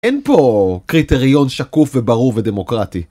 אין פה קריטריון שקוף וברור ודמוקרטי.